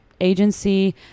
agency